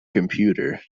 computer